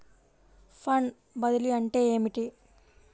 Fund బదిలీ అంటే ఏమిటి?